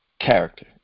character